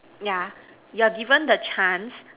yeah you are give the chance